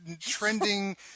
trending